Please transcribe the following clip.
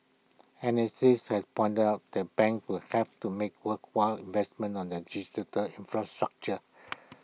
analysts have pointed out that banks would have to make worthwhile investments on their digital infrastructure